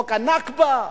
חוק הנכבה,